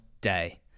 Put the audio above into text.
day